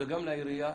וגם לעירייה,